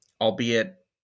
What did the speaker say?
Albeit